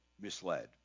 misled